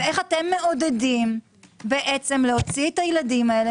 ואיך אתם מעודדים להוציא את הילדים האלה